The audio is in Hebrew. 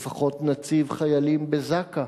לפחות נציב חיילים בזק"א,